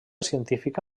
científica